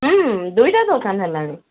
ହୁଁ ଦୁଇଟା ଦୋକାନ ହେଲାଣି